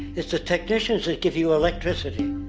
it's the technicians that give you electricity.